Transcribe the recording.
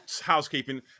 housekeeping